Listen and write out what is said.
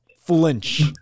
flinch